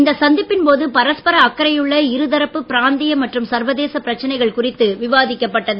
இந்த சந்திப்பின் போது பரஸ்பர அக்கறையுள்ள இருதரப்பு பிராந்திய மற்றும் சர்வதேச பிரச்சனைகள் குறித்து விவாதிக்கப்பட்டது